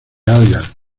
algas